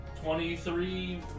Twenty-three